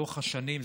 לאורך השנים,